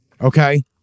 Okay